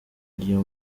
iyo